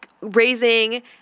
raising